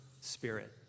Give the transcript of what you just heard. spirit